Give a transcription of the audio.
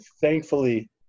thankfully